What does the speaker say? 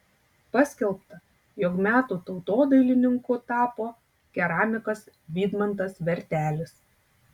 paskelbta jog metų tautodailininku tapo keramikas vydmantas vertelis